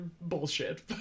bullshit